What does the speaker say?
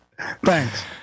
Thanks